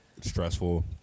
stressful